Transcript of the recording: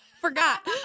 Forgot